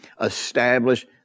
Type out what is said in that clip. establish